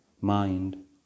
mind